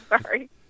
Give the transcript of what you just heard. Sorry